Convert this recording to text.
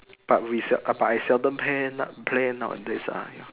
but we sel~ but I seldom pay play nowadays uh ya